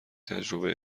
تجربه